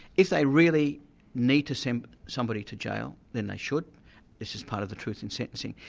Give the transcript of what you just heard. if they really need to send somebody to jail, then they should, this is part of the truth in sentencing.